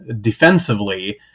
defensively